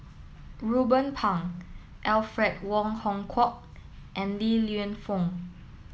Ruben Pang Alfred Wong Hong Kwok and Li Lienfung